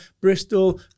Bristol